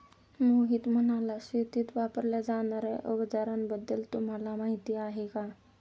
मोहित म्हणाला, शेतीत वापरल्या जाणार्या अवजारांबद्दल तुम्हाला माहिती आहे का?